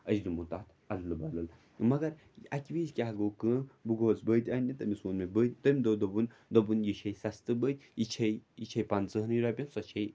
أسۍ دِمو تَتھ اَلدٕ بدل مگر اَکہِ وِزِ کیٛاہ گوٚو کٲم بہٕ گوس بٔتۍ اَننہِ تٔمِس ووٚن مےٚ بٔتۍ تٔمۍ دوٚپ دوٚپُن دوٚپُن یہِ چھے سَستہٕ بٔتۍ یہِ چھے یہِ چھے پنٛژٕہٲنٕے رۄپیَس سۄ چھے